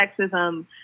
sexism